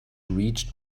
reached